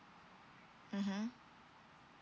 mmhmm